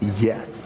Yes